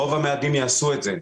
רוב המאדים יעשו את זה.